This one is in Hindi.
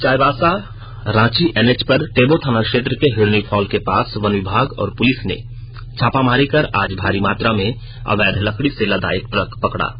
चाईबासा राँची एनएच पर टेबो थाना क्षेत्र के हिरणी फॉल के पास वन विभाग और पुलिस ने छापामारी कर आज भारी मात्रा में अवैध लकड़ी से लदा एक ट्रक पकड़ा है